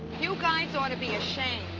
you guys ought to be ashamed.